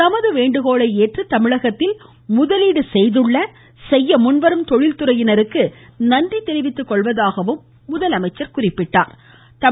தமது வேண்டுகோளை ஏற்று தமிழகத்தில் முதலீடு செய்துள்ள செய்ய முன்வரும் தொழில் துறையினருக்கு நன்றி தெரிவித்துக் கொள்வதாகவும் அவர் குறிப்பிட்டார்